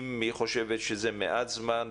אם היא חושבת שזה מעט זמן,